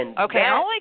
Okay